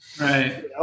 Right